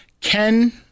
Ken